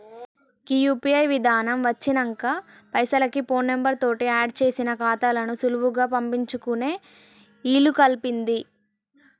గీ UPI విధానం వచ్చినంక పైసలకి ఫోన్ నెంబర్ తోటి ఆడ్ చేసిన ఖాతాలకు సులువుగా పంపించుకునే ఇలుకల్పింది